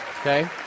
Okay